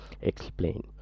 Explain